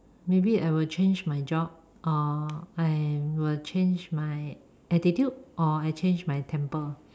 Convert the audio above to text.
maybe I will change my job or I will change my attitude or I change my temper